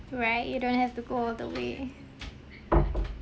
right you don't have to go all the way